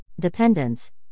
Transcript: dependence